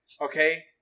okay